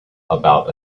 about